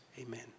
Amen